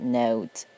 note